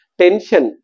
tension